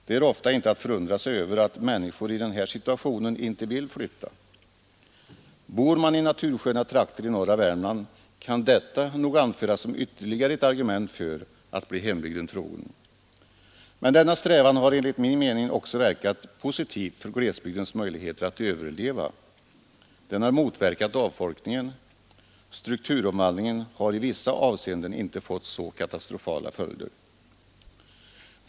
Det är ofta inte att förundra sig över att människor i den här situationen inte vill flytta. Bor man i natursköna trakter i norra Värmland, kan detta nog anföras som ytterligare ett argument för att bli hembygden trogen. Men denna strävan har enligt min mening också verkat positivt för glesbygdens möjligheter att överleva. Den har motverkat avfolkningen. Strukturomvandlingen har i vissa avseenden inte fått så katastrofala följder.